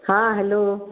हाँ हलो